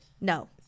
No